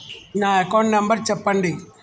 నా account number చెప్పండి?